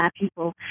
people